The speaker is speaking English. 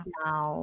now